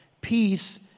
Peace